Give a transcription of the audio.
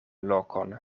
lokon